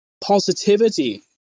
positivity